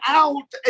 out